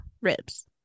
ribs